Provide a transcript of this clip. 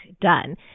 done